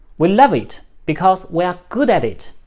we love it because we are good at it.